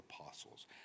apostles